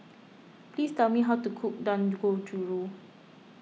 please tell me how to cook Dangojiru